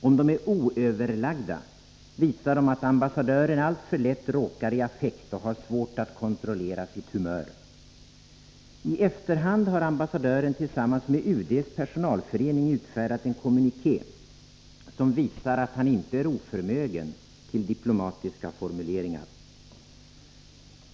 Om de är oöverlagda, visar de att ambassadören alltför lätt råkar i affekt och har svårt att kontrollera sitt humör. I efterhand har ambassadören tillsammans med UD:s personalförening utfärdat en kommuniké, som visar att han inte är oförmögen till diplomatiska formuleringar.